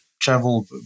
travel